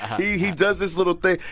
he he does this little thing.